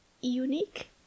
unique